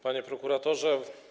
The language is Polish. Panie Prokuratorze!